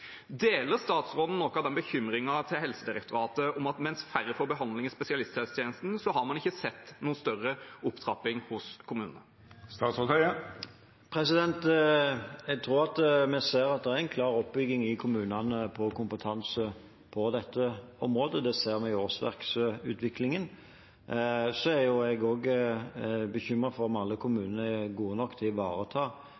Deler statsråden noe av den bekymringen til Helsedirektoratet om at mens færre får behandling i spesialisthelsetjenesten, har man ikke sett noen større opptrapping i kommunene? Jeg tror vi ser at det er en klar oppbygging i kommunene av kompetanse på dette området. Det ser vi i årsverksutviklingen. Så er også jeg bekymret for om alle